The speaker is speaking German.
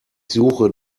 suche